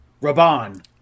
Raban